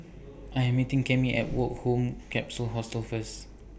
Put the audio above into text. I Am meeting Cammie At Woke Home Capsule Hostel First